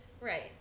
Right